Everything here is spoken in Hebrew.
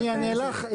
אני אענה לך,